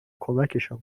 کمکشان